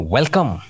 Welcome